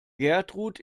gertrud